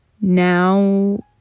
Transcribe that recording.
Now